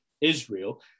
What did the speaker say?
Israel